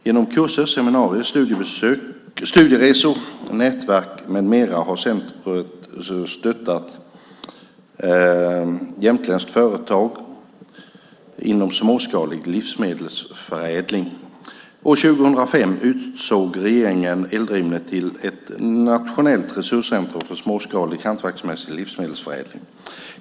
Genom kurser, seminarier, studieresor, nätverk med mera har centrumet stöttat jämtländska företag inom småskalig livsmedelsförädling. År 2005 utsåg regeringen Eldrimner till ett nationellt resurscentrum för småskalig hantverksmässig livsmedelsförädling.